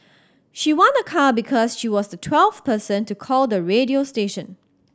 she won a car because she was the twelfth person to call the radio station